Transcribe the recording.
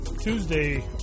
Tuesday